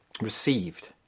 received